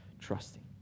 trusting